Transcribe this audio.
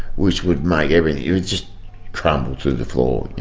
which would make everything just crumble to the floor,